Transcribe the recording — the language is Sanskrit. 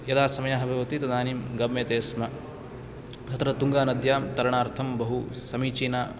यदा समयः भवति तदानीं गम्यते स्म तत्र तुङ्गनद्यां तरणार्थं बहुसमीचिना